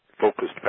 Focused